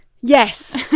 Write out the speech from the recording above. yes